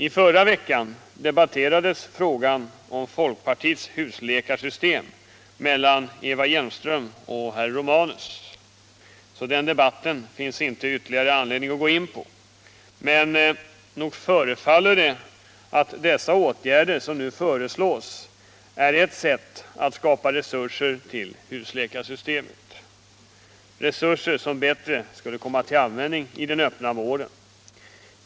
I förra veckan debatterades frågan om folkpartiets husläkarsystem mellan fröken Hjelmström och herr Romanus, så den saken finns det inte någon anledning att gå in på nu. Men nog förefaller det som om de åtgärder som nu föreslås är ett försök att skapa resurser till husläkarsystemet, resurser som skulle komma till bättre användning i den öppna vården.